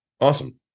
Awesome